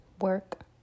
work